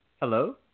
Hello